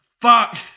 Fuck